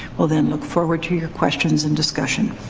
we'll then look forward to your questions and discussion.